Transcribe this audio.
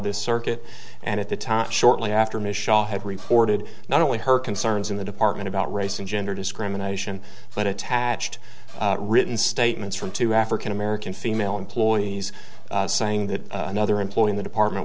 this circuit and at the time shortly after michelle had reported not only her concerns in the department about race and gender discrimination but attached written statements from two african american female employees saying that another employee in the department